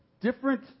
different